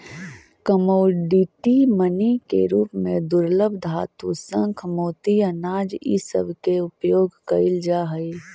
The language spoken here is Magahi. कमोडिटी मनी के रूप में दुर्लभ धातु शंख मोती अनाज इ सब के उपयोग कईल जा हई